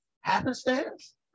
happenstance